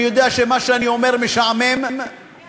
אני יודע שמה שאני אומר משעמם להחריד,